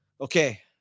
okay